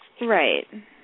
Right